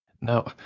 no